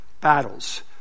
battles